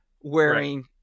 wearing